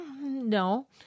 No